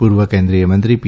પૂર્વ કેન્દ્રિય મંત્રી ી